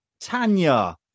Tanya